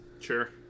sure